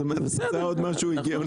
אז הוא מנסה עוד משהו הגיוני.